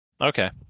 okay